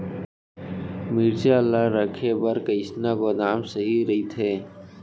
मिरचा ला रखे बर कईसना गोदाम सही रइथे?